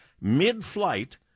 mid-flight